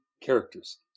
characters